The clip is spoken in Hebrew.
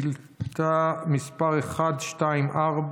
לשאילתה מס' 124,